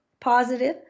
positive